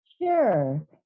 Sure